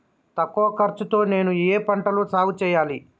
తక్కువ ఖర్చు తో నేను ఏ ఏ పంటలు సాగుచేయాలి?